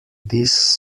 this